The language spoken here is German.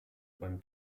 beim